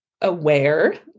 aware